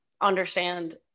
understand